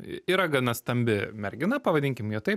yra gana stambi mergina pavadinkim ją taip